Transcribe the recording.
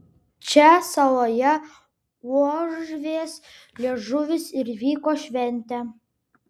čia saloje uošvės liežuvis ir vyko šventė